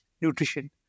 nutrition